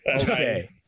Okay